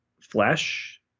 flesh